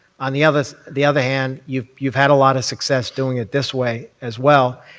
on the other the other hand, you've you've had a lot of success doing it this way as well.